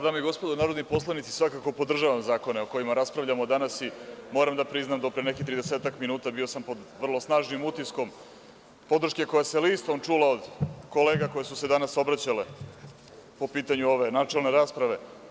Dame i gospodo narodni poslanici, svakako podržavam zakone o kojima raspravljamo danas i moram da priznam do pre nekih tridesetak minuta bio sam pod vrlo snažnim utiskom podrške koja se listom čula od kolega koji su se danas obraćali po pitanju ove načelne rasprave.